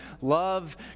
love